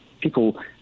people